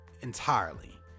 entirely